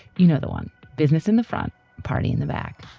you know, the one business in the front party in the back,